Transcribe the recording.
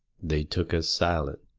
they took us silent,